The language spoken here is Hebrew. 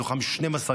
מתוכם 12 ילדים,